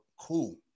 cool